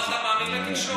פה אתה מאמין לתקשורת?